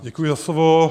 Děkuji za slovo.